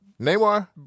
Neymar